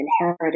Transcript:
inherited